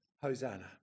Hosanna